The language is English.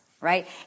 right